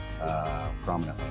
Prominently